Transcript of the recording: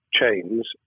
chains